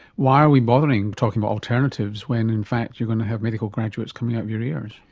why are we bothering talking about alternatives when in fact you're going to have medical graduates coming out of your ears?